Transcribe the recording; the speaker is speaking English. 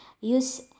use